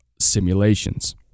simulations